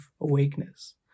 awakeness